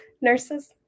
nurses